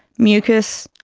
mucous,